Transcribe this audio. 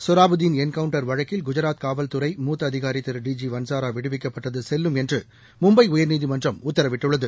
Sohrabuddin encounter வழக்கில் குஜராத் காவல்துறை மூத்த அதிகாரி திரு டி ஜி வள்சாரா விடுவிக்கப்பட்டது செல்லும் என்று மும்பை உயர்நீதிமன்றம் உத்தரவிட்டுள்ளது